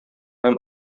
һәм